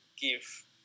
give